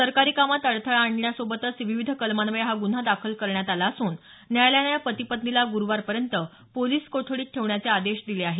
सरकारी कामात अडथळा आणण्या सोबत विविध कलमान्वये हा गुन्हा दाखल करण्यात आला असून न्यायालयानं या पती पत्नीला ग्रूवारपर्यंत पोलीस कोठडीत ठेवण्याचे आदेश दिले आहेत